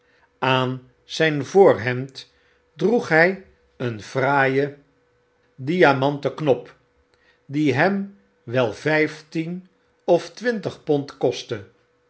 aan zyn voornemd droeg hy een fraaien diamanten knop die hem wel vyftien of twintig pond kostte